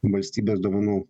valstybės dovanų